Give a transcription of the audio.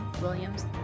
Williams